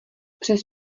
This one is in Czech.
přes